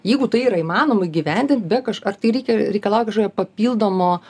jeigu tai yra įmanoma įgyvendint be kažką ar tai reikia reikalaut kažkokio papildomo